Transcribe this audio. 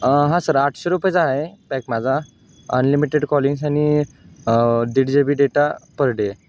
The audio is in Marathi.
हां सर आठशे रुपयेचा आहे पॅक माझा अनलिमिटेड कॉलिंग्स आणि दीड G B data per day